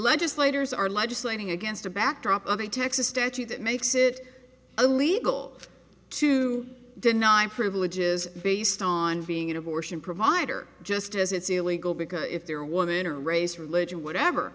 legislators are legislating against a backdrop of a texas statute that makes it illegal to deny privileges based on being an abortion provider just as it's illegal because if they're woman or race religion or whatever